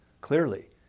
clearly